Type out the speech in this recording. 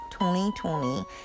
2020